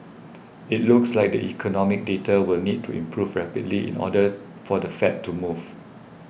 it looks like the economic data will need to improve rapidly in order for the Fed to move